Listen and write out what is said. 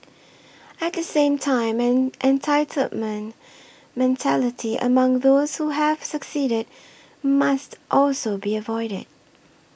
at the same time an entitlement mentality among those who have succeeded must also be avoided